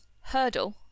hurdle